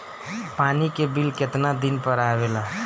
पानी के बिल केतना दिन पर आबे ला?